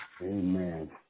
Amen